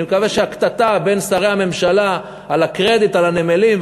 אני מקווה שהקטטה בין שרי הממשלה על הקרדיט על הנמלים,